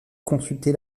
consulter